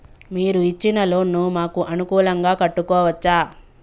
మీరు ఇచ్చిన లోన్ ను మాకు అనుకూలంగా కట్టుకోవచ్చా?